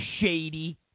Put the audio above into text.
shady